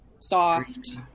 soft